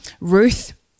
Ruth